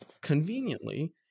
conveniently